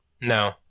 No